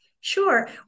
Sure